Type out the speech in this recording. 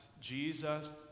Jesus